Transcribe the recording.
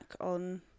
on